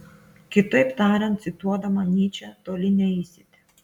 kitaip tariant cituodama nyčę toli neisite